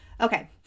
Okay